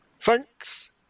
Thanks